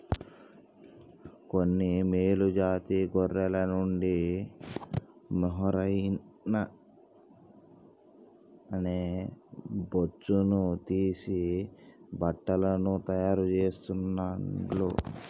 కొన్ని మేలు జాతి గొర్రెల నుండి మొహైయిర్ అనే బొచ్చును తీసి బట్టలను తాయారు చెస్తాండ్లు